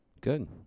Good